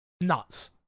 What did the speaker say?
Nuts